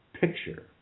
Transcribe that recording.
picture